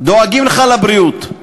דואגים לך לבריאות.